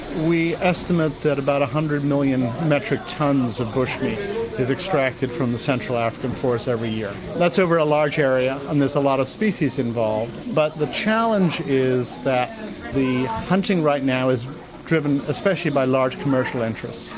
we estimate that about one hundred million metric tonnes of bush meat is extracted from the central african forest every year. that's over a large area, and there's a lot of species involved, but the challenge is that the hunting right now is driven especially by large commercial interests.